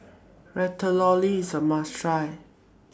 Ratatouille IS A must Try